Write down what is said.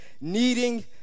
needing